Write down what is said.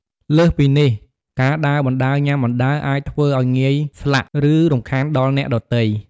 លើសពីនេះ ការដើរបណ្តើរញ៉ាំបណ្តើរ អាចធ្វើឲ្យងាយស្លាក់ ឬរំខានដល់អ្នកដទៃ។